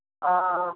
অ'